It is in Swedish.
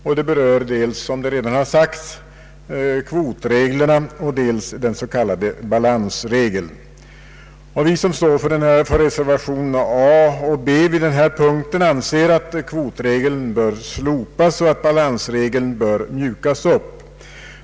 Såsom redan är sagt berörs här dels kvotreglerna, dels den s.k. balansregeln. Vi som står för reservationerna 5 a och b vid denna punkt anser att kvotregeln bör slopas och balansregeln bör mjukas upp.